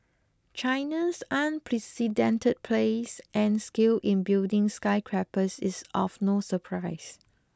China's unprecedented place and scale in building skyscrapers is of no surprise